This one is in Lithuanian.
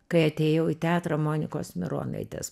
kai atėjau į teatrą monikos mironaitės